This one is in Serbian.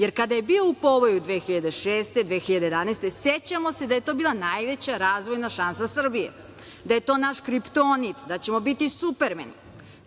jer kada je bio u povoju 2006, 2011. godine, sećamo se da je to bila najveća razvojna šansa Srbije, da je to naš kriptonit, da ćemo biti Supermeni.